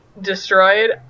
destroyed